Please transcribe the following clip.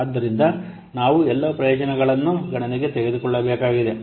ಆದ್ದರಿಂದ ನಾವು ಎಲ್ಲಾ ಪ್ರಯೋಜನಗಳನ್ನು ಗಣನೆಗೆ ತೆಗೆದುಕೊಳ್ಳಬೇಕಾಗಿದೆ